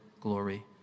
glory